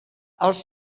els